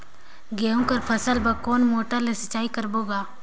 गहूं कर फसल बर कोन मोटर ले सिंचाई करबो गा?